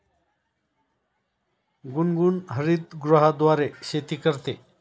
गुनगुन हरितगृहाद्वारे शेती करते